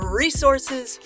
resources